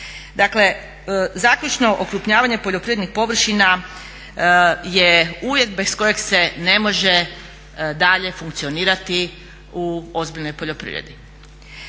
Dakle, zaključno okrupnjavanje poljoprivrednih površina je uvjet bez kojeg se ne može dalje funkcionirati u ozbiljnoj poljoprivredi.